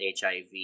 HIV